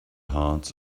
hearts